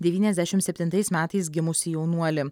devyniasdešimt septintais metais gimusį jaunuolį